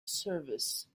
service